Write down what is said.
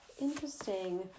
interesting